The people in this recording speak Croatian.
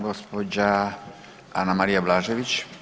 Gospođa Anamarija Blažević.